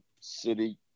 city